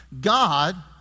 God